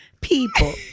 people